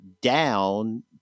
down